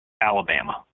Alabama